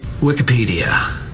Wikipedia